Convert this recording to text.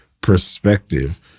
perspective